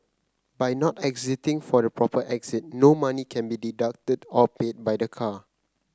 by not exiting from the proper exit no money can be deducted or paid by the car